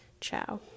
Ciao